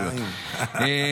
שטויות.